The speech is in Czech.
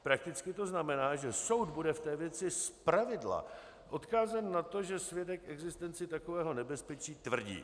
Prakticky to znamená, že soud bude v té věci zpravidla odkázán na to, že svědek existenci takového nebezpečí tvrdí.